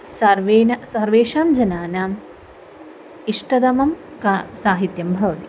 सर्वे सर्वेषां जनानाम् इष्टतमं का साहित्यं भवति